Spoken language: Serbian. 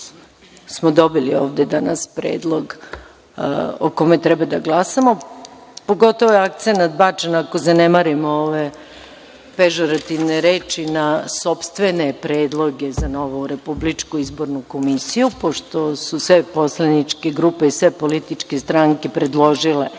smo dobili ovde danas predlog o kome treba da glasamo. Pogotovo je akcenat bačen, ako zanemarimo ove pežorativne reči, na sopstvene predloge za novu Republičku izbornu komisiju, pošto su sve poslaničke grupe i sve političke stranke predložile